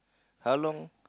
how long